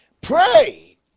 Pray